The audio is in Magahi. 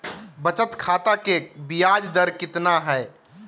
बचत खाता के बियाज दर कितना है?